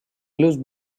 lose